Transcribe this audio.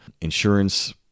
insurance